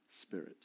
Spirit